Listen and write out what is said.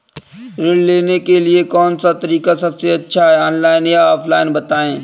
ऋण लेने के लिए कौन सा तरीका सबसे अच्छा है ऑनलाइन या ऑफलाइन बताएँ?